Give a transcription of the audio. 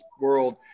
world